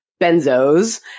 benzos